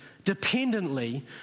Dependently